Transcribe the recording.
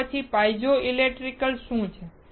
તો પછી piezo electric શું છે